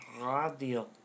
radio